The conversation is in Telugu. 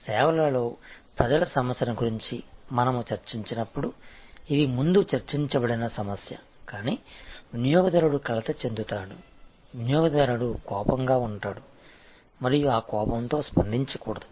సేవలలో ప్రజల సమస్యల గురించి మనము చర్చించినప్పుడు ఇది ముందు చర్చించబడిన సమస్య కానీ వినియోగదారుడు కలత చెందుతాడు వినియోగదారుడు కోపంగా ఉంటాడు మరియు ఆ కోపంతో స్పందించకూడదు